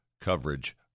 coverage